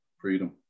freedom